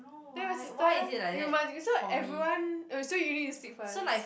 that was his turn you must you so everyone oh so you need to speak first